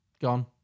gone